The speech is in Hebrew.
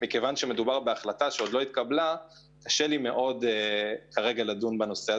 מכיוון שמדובר בהחלטה שעוד לא התקבלה אז קשה לי לדון בזה.